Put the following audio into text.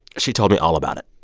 she told me all about it